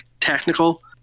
technical